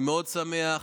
אני מאוד שמח